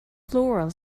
floral